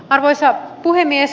arvoisa puhemies